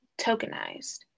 tokenized